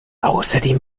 außerdem